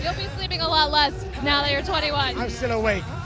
yeah be sleeping a lot less now that you're twenty one. i'm still awake.